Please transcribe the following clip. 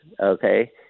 okay